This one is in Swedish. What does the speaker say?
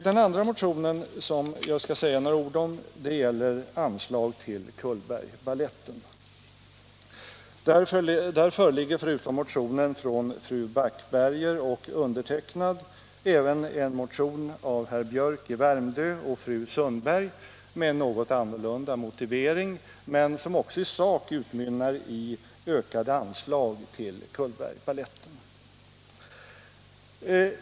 Den andra motion som jag skall säga några ord om gäller anslag till Cullbergbaletten. Där föreligger förutom motionen från fru Backberger och mig även en motion av herr Biörck i Värmdö och fru Sundberg med något annorlunda motivering, men den utmynnar i sak i en hemställan om ökade anslag till Cullbergbaletten.